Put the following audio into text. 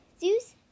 Zeus